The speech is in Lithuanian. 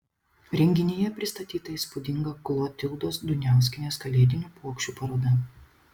renginyje pristatyta įspūdinga klotildos duniauskienės kalėdinių puokščių paroda